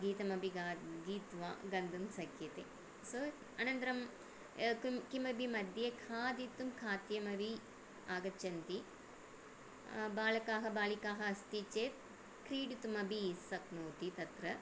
गीतमपि गा गीत्वा गन्तुं शक्यते सो अनन्तरं कुं किमपि मध्ये खादितुं खाद्यमपि आगच्छन्ति बालकाः बालिकाः अस्ति चेत् क्रीडितुम् अपि शक्नोति तत्र